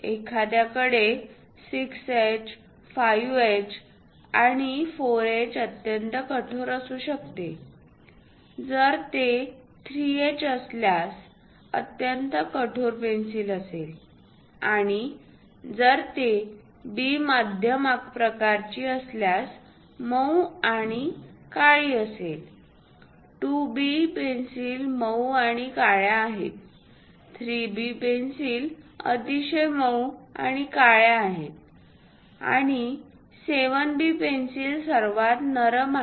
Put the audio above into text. एखाद्याकडे 6H 5H आणि 4H अत्यंत कठोर असू शकते जर ते 3H असल्यास अत्यंत कठोर पेन्सिल असेल आणि जर ते B मध्यम प्रकारची असल्यास मऊ आणि काळी असेल 2B पेन्सिल मऊ आणि काळ्या आहेत 3B पेन्सिल अतिशय मऊ आणि काळ्या आहेत आणि 7B पेन्सिल सर्वात नरम आहेत